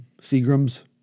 Seagram's